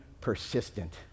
persistent